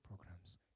programs